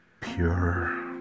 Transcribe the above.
pure